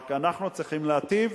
רק אנחנו צריכים להיטיב